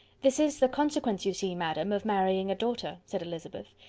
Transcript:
this is the consequence, you see, madam, of marrying a daughter, said elizabeth.